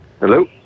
Hello